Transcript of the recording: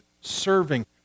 serving